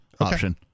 option